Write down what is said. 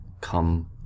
come